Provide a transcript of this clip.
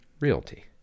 Realty